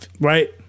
right